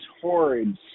horrid